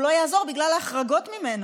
הוא לא יעזור בגלל ההחרגות ממנו.